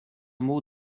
mot